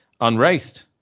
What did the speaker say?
unraced